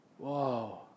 Whoa